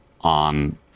on